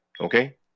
Okay